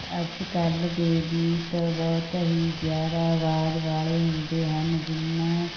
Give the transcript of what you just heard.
ਅੱਜ ਕੱਲ੍ਹ ਦੇ ਗੀਤ ਬਹੁਤ ਹੀ ਜ਼ਿਆਦਾ ਅਵਾਜ਼ ਵਾਲੇ ਹੁੰਦੇ ਹਨ ਜਿਨ੍ਹਾਂ